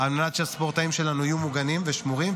על מנת שהספורטאים שלנו יהיו מוגנים ושמורים,